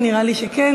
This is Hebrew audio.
נראה לי שכן.